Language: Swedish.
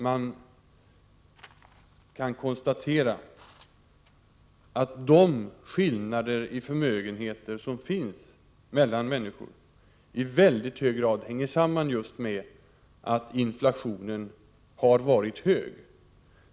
Man kan konstatera att de skillnader i förmögenheter som finns mellan människor i mycket hög grad hänger samman just med att inflationen har varit hög.